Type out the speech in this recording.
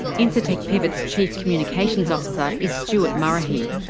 incitec pivot's chief communications officer is stewart murrihy.